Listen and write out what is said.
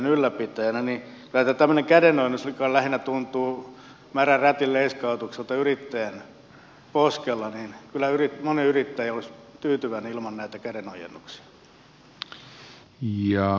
kyllä tämä tällainen kädenojennus lähinnä tuntuu märän rätin leiskautukselta yrittäjän poskella ja moni yrittäjä olisi tyytyväinen ilman näitä kädenojennuksia